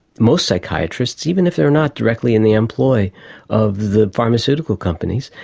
most psychiatrists, even if they are not directly in the employ of the pharmaceutical companies,